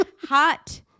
Hot